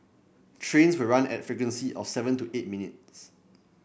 trains will run at frequency of seven to eight minutes